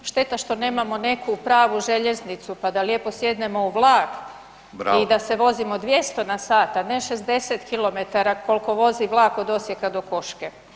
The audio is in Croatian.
Šteta što nemamo neku pravu željeznicu, pa da lijepo sjednemo u vlak i da se vozimo 200 na sat, a ne 60 km kolko vozi vlak od Osijeka do Koške.